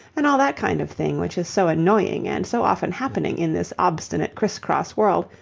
and all that kind of thing which is so annoying and so often happening in this obstinate criss-cross world,